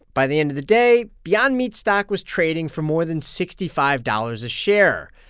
by the end of the day, beyond meat stock was trading for more than sixty five dollars a share.